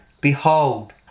Behold